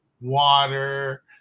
water